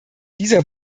dieser